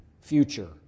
future